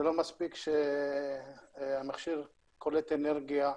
זה לא מספיק שהמכשיר קולט אנרגיה.